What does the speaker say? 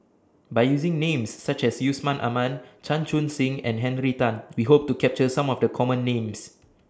By using Names such as Yusman Aman Chan Chun Sing and Henry Tan We Hope to capture Some of The Common Names